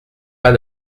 pas